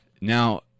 Now